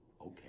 okay